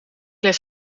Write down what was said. lees